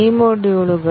ഈ മൊഡ്യൂളുകൾ